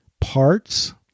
parts